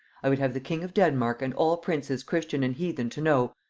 i would have the king of denmark and all princes christian and heathen to know,